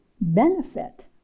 benefit